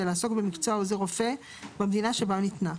לעסוק במקצוע עוזר רופא במדינה שבה ניתנה,